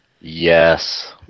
Yes